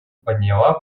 подняла